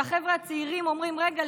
שהחבר'ה הצעירים אומרים: רגע,